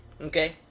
okay